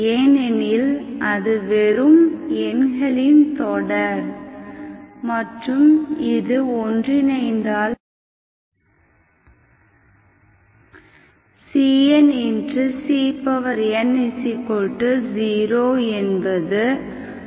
ஏனெனில் அது வெறும் எண்களின் தொடர் மற்றும் இது ஒன்றிணைந்தால் cncn 0 என்பது அவசியம் ஆகும்